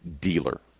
dealer